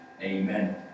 Amen